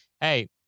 hey